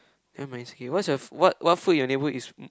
nevermind its okay what yours what food your neighbor is